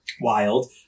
wild